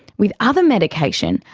with other medication,